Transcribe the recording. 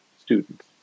students